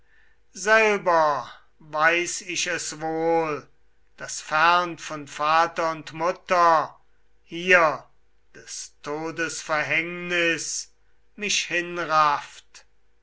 selber weiß ich es wohl daß fern von vater und mutter hier des todes verhängnis mich